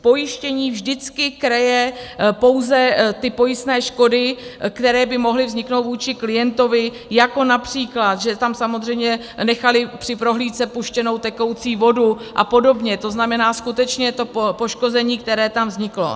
Pojištění vždycky kryje pouze pojistné škody, které by mohly vzniknout vůči klientovi, jako například že tam nechali při prohlídce puštěnou tekoucí vodu apod., to znamená, skutečně je to poškození, které tam vzniklo.